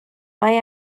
mae